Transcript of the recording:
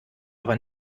aber